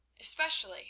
Especially